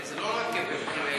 זה לא רק ההיצף,